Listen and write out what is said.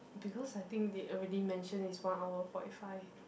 because I think they already mention it's one hour forty five